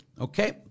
Okay